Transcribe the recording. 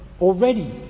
already